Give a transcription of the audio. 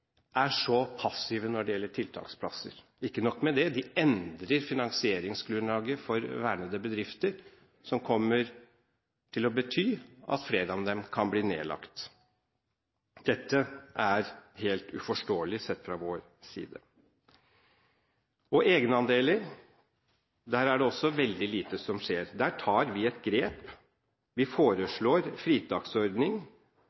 er så passiv når det gjelder tiltaksplasser. Ikke nok med det – de endrer finansieringsgrunnlaget for vernede bedrifter, som kommer til å bety at flere av dem kan bli nedlagt. Dette er helt uforståelig sett fra vår side. Når det gjelder egenandeler, er det veldig lite som skjer. Vi tar et grep